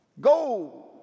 Go